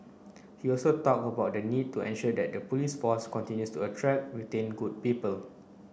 he also talked about the need to ensure that the police force continues to attract retain good people